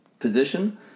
position